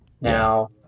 Now